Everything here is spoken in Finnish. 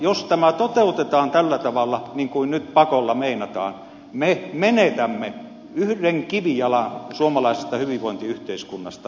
jos tämä toteutetaan tällä tavalla niin kuin nyt pakolla meinataan me menetämme yhden kivijalan suomalaisesta hyvinvointiyhteiskunnasta